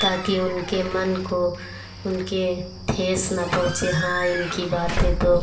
ताकी उनके मन को उनके ठेस न पहुंचे कि हाँ इनकी बातें तो